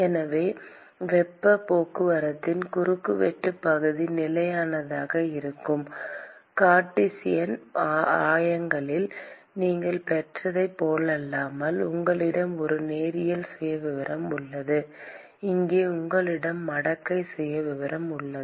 எனவே வெப்பப் போக்குவரத்தின் குறுக்குவெட்டுப் பகுதி நிலையானதாக இருக்கும் கார்ட்டீசியன் ஆயங்களில் நீங்கள் பெற்றதைப் போலல்லாமல் உங்களிடம் ஒரு நேரியல் சுயவிவரம் உள்ளது இங்கே உங்களிடம் மடக்கை சுயவிவரம் உள்ளது